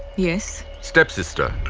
yes. step-sister!